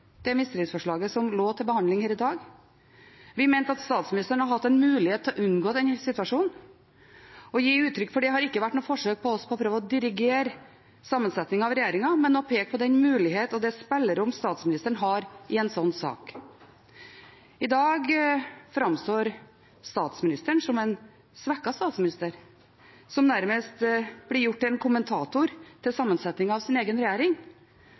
det mistillitsforslaget som lå til behandling her i dag. Vi mente at statsministeren hadde hatt en mulighet til å unngå denne situasjonen. Å gi uttrykk for det har ikke vært noe forsøk fra oss på å prøve å dirigere sammensetningen av regjeringen, men å peke på den mulighet og det spillerom statsministeren har i en slik sak. I dag framstår statsministeren som en svekket statsminister, som nærmest blir gjort til en kommentator til sammensetningen av sin egen regjering.